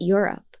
Europe